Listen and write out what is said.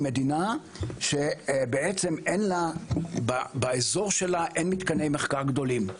מדינה שבעצם אין באזור שלה מתקני מחקר גדולים.